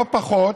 לא פחות